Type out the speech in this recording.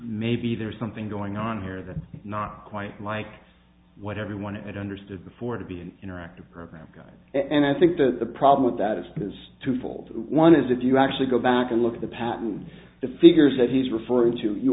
maybe there's something going on here that not quite like what everyone it understood before to be an interactive program guide and i think the problem with that is because twofold one is if you actually go back and look at the patent the figures that he's referring to you